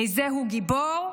"איזהו גיבור?